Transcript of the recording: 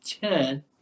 ten